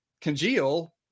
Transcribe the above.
congeal